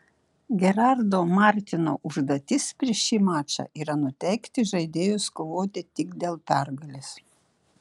gerardo martino užduotis prieš šį mačą yra nuteikti žaidėjus kovoti tik dėl pergalės